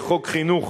של חוק חינוך